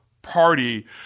party